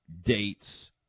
dates